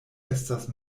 estas